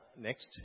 next